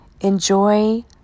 enjoy